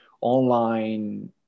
online